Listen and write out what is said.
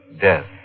death